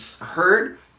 heard